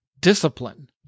Discipline